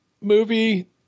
movie